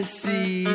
see